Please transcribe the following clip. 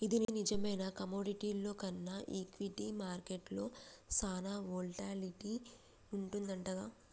ఇది నిజమేనా కమోడిటీల్లో కన్నా ఈక్విటీ మార్కెట్లో సాన వోల్టాలిటీ వుంటదంటగా